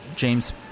James